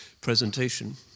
presentation